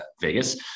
Vegas